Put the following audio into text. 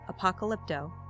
Apocalypto